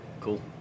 Cool